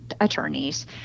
attorneys